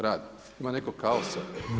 Radi. ima nekog kaosa?